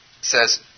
says